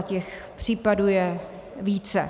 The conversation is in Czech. Těch případů více.